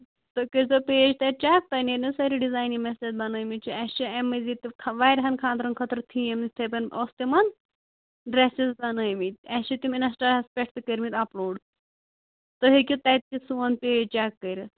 تُہۍ کٔرۍزیٚو پٮ۪ج تتہِ چیک تۄہہِ نیرنو سٲری ڈِزایَن یِم مےٚ سۭتۍ بَنٲومٕتۍ چھِ اَسہِ چھِ اَمہِ مٔزیٖد تہِ واریاہَن خانٛدرَن خٲطرٕ تھیٖم یُس تِمن اوس تِمن ڈریسٕز بَنٲومٕتۍ اَسہِ چھِ تِم اِنسٹٲہَس پٮ۪ٹھ تہِ کٔرۍمٕتۍ اَپ لوڈ تُہۍ ہٮ۪کِو تَتہِ تہِ سون پیج چیک کٔرِتھ